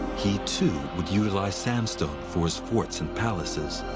he, too, would utilize sandstone for his forts and palaces.